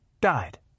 died